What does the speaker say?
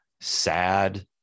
sad